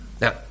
now